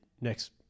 next